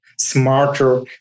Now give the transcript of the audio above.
smarter